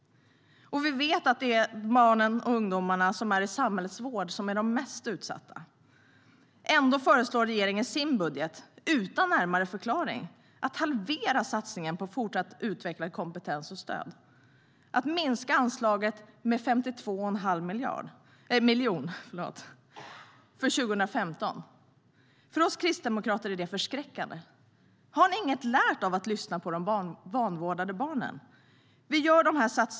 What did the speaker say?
Vi vet också att det är barnen och ungdomarna som är i samhällets vård som är de mest utsatta. För oss kristdemokrater är det förskräckande. Har ni inget lärt av att lyssna på de vanvårdade barnen?